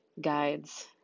guides